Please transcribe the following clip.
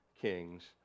kings